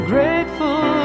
Grateful